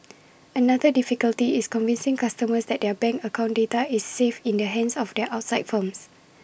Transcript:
another difficulty is convincing customers that their bank account data is safe in the hands of the outside firms